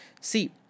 See